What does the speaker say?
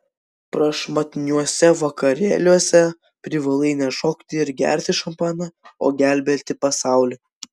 prašmatniuose vakarėliuose privalai ne šokti ir gerti šampaną o gelbėti pasaulį